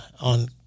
on